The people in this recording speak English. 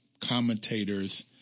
commentators